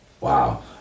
Wow